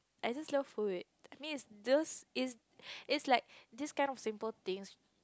I just love food I means is those is is like this kind of simple things